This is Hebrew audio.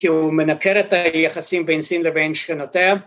‫כי הוא מנכר את היחסים ‫בין סין לבין שכנותיה.